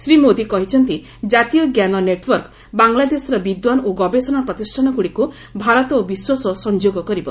ଶ୍ରୀ ମୋଦି କହିଛନ୍ତି ଜାତୀୟ ଜ୍ଞାନ ନେଟ୍ୱର୍କ ବାଙ୍ଗଲାଦେଶର ବିଦ୍ୱାନ୍ ଓ ଗବେଷଣା ପ୍ରତିଷ୍ଠାନଗୁଡ଼ିକୁ ଭାରତ ଓ ବିଶ୍ୱସହ ସଂଯୋଗ କରିବ